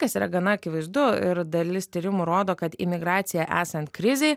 kas yra gana akivaizdu ir dalis tyrimų rodo kad imigracija esant krizei